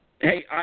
Hey